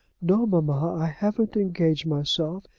no, mamma. i haven't engaged myself.